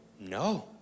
no